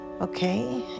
Okay